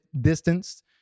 distanced